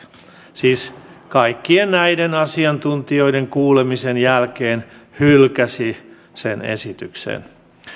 siis kaikkien näiden asiantuntijoiden kuulemisen jälkeen hylkäsi sen esityksen